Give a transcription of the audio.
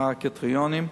מה הקריטריונים?